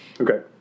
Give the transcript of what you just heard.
okay